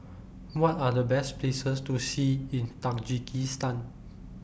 What Are The Best Places to See in Tajikistan